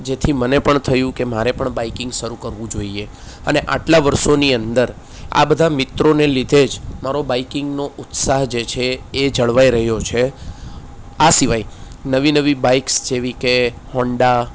જેથી મને પણ થયું કે મારે પણ બાઈકિંગ શરૂ કરવું જોઈએ અને અટલા વર્ષોની અંદર આ બધા મિત્રોને લીધે જ મારો બાઈકિંગનો ઉત્સાહ જે છે એ જળવાઈ રહ્યો છે આ સિવાય નવી નવી બાઈક્સ જેવી કે હોન્ડા